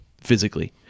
physically